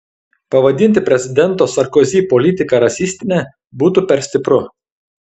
pavadinti prezidento sarkozi politiką rasistine būtų per stipru